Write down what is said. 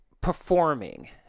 performing